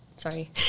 Sorry